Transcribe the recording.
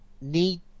need